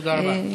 תודה רבה.